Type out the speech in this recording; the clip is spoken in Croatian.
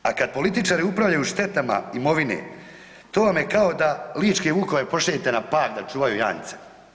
A kad političari upravljaju štetama imovine, to vam je kao da ličke vukove pošaljete na Pag da čuvaju janjce.